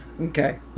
Okay